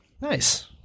Nice